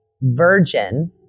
virgin